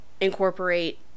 incorporate